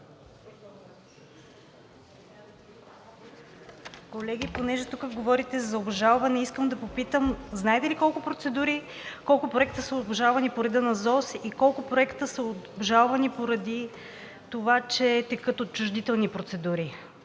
Колеги, понеже тук говорите за обжалване, искам да попитам: знаете ли колко проекта са обжалвани по реда на ЗОС и колко проекта са обжалвани поради това, че текат отчуждителни процедури?